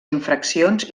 infraccions